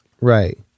right